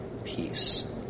peace